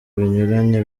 binyuranye